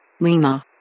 Lima